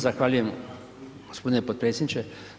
Zahvaljujem gospodine potpredsjedniče.